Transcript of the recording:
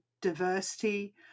diversity